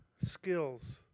skills